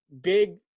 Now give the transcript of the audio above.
big